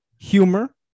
humor